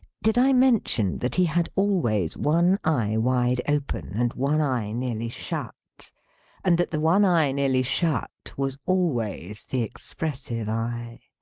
did i mention that he had always one eye wide open, and one eye nearly shut and that the one eye nearly shut, was always the expressive eye?